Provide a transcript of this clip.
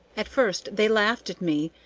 at first they laughed at me,